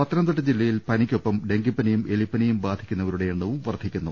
പത്തനംതിട്ട ജില്ലയിൽ പനിക്കൊപ്പം ഡങ്കിപ്പനിയും എലി പ്പനിയും ബാധിക്കുന്നവരുടെ എണ്ണവും വർദ്ധിക്കുന്നു